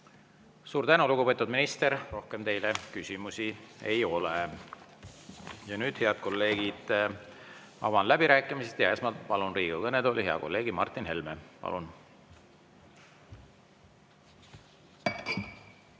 Suur tänu, lugupeetud minister! Rohkem teile küsimusi ei ole. Nüüd, head kolleegid, avan läbirääkimised. Esmalt palun Riigikogu kõnetooli hea kolleegi Martin Helme. Palun!